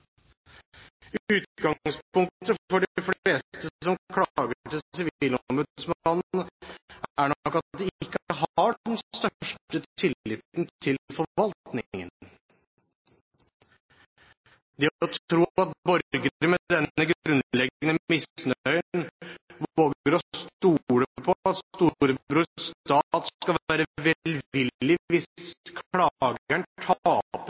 Utgangspunktet for de fleste som klager til sivilombudsmannen, er nok at de ikke har den største tilliten til forvaltningen. Det å tro at borgere med denne grunnleggende misnøyen våger å stole på at «storebror stat» skal være velvillig